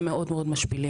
הם מאוד מאוד משפילים.